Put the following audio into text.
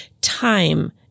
time